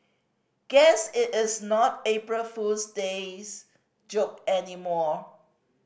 guess it is not April Fool's days joke anymore